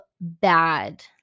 bad